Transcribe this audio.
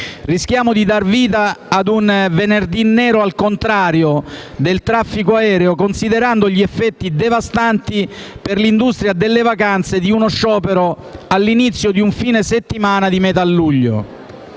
rischiamo di dar vita a un venerdì nero al contrario del traffico aereo, considerando gli effetti devastanti per l'industria delle vacanze di uno sciopero all'inizio di un fine settimana di metà luglio.